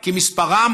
כי מספרם,